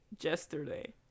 yesterday